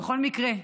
בכל מקרה,